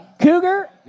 Cougar